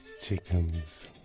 chickens